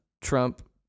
Trump